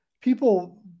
people